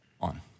on